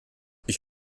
ich